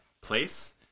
place